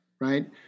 right